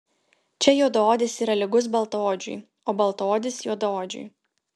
čia juodaodis yra lygus baltaodžiui o baltaodis juodaodžiui